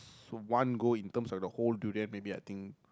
one go in terms of like a whole durian maybe I think